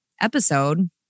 episode